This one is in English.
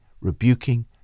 rebuking